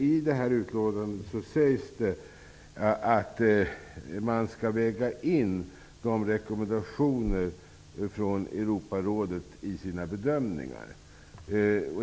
I utlåtandet sägs det att man skall väga in rekommendationer från Europarådet i sina bedömningar.